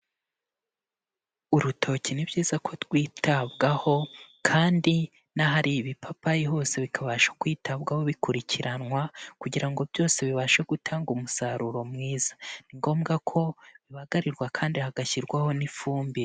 Urutoki ni byiza ko twitabwaho kandi n'ahari ibipapayi hose bikabasha kwitabwaho bikurikiranwa, kugira ngo byose bibashe gutanga umusaruro mwiza. Ni ngombwa ko bibagarirwa kandi hagashyirwaho n'ifumbire.